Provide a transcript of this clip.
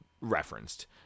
referenced